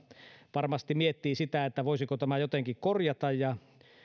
varmasti miettii voisiko tämän jotenkin korjata ja